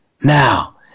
now